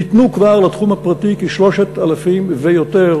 ניתנו כבר לתחום הפרטי כ-3,000 ויותר